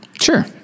Sure